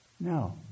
No